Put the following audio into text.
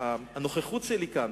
הנוכחות שלי כאן,